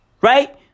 Right